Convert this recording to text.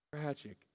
Tragic